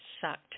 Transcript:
sucked